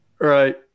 Right